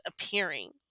appearing